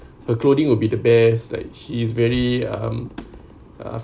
her clothing will be the best like she's very um